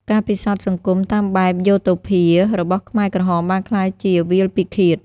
ការពិសោធន៍សង្គមតាមបែបយូតូភា របស់ខ្មែរក្រហមបានក្លាយជាវាលពិឃាត។